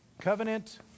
Covenant